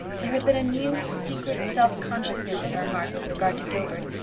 there had been a new, secret self-consciousness in her heart with regard to gilbert,